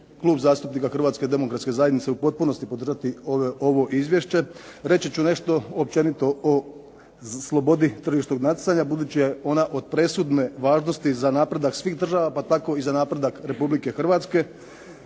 Klub zastupnika Hrvatske demokratske zajednice u potpunosti podržati ovo Izvješće reći ću nešto općenito o slobodi tržišnog natjecanja budući je ona od presudne važnosti za napredak svih država pa tako i za napredak Republike Hrvatske,